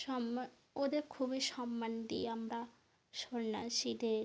সম্মা ওদের খুবই সম্মান দিই আমরা সন্ন্যাসীদের